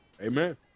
Amen